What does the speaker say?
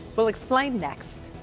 we'll explain next.